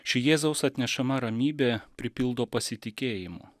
ši jėzaus atnešama ramybė pripildo pasitikėjimu